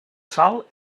sal